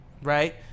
Right